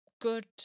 good